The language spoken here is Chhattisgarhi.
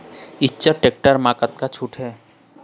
इच्चर टेक्टर म कतका छूट हे?